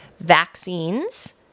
vaccines